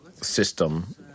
system